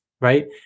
right